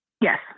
Yes